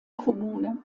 kommune